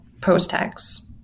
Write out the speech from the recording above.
post-tax